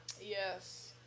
Yes